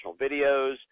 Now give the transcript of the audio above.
videos